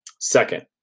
Second